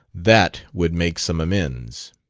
that would make some amends.